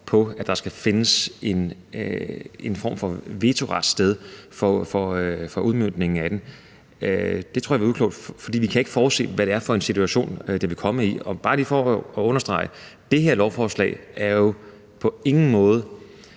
på, at der skal finde en form for vetoret sted for udmøntningen af det. Det tror jeg ville være uklogt, for vi kan ikke forudse, hvad det er for en situation, vi vil komme i. Bare lige for at understrege: Det her lovforslag indebærer jo på ingen måder